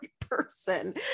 person